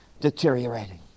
deteriorating